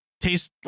tastes